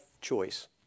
choice